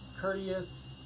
courteous